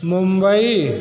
Karachi